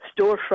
storefront